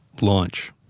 Launch